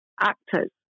actors